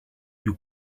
you